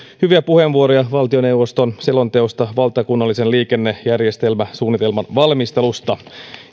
hyviä puheenvuoroja valtioneuvoston selonteosta valtakunnallisen liikennejärjestelmäsuunnitelman valmistelusta